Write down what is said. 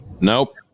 Nope